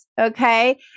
Okay